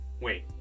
Wait